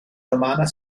romana